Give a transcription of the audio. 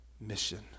mission